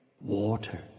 Water